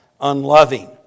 unloving